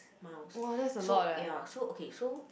mouse so ya so okay so